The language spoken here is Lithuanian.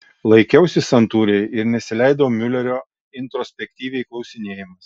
laikiausi santūriai ir nesileidau miulerio introspektyviai klausinėjamas